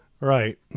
Right